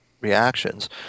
reactions